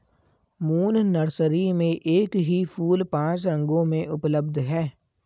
moon nursery में एक ही फूल पांच रंगों में उपलब्ध है